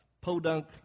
Podunk